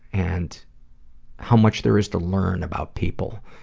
and how much there is to learn about people.